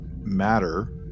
matter